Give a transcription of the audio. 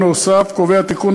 נוסף על האמור,